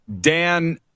Dan